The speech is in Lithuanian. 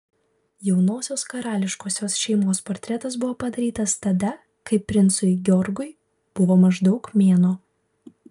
jaunosios karališkosios šeimos portretas buvo padarytas tada kai princui george buvo maždaug mėnuo